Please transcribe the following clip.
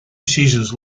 seasons